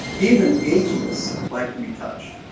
even atheists like to be touched